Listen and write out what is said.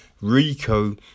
Rico